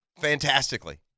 fantastically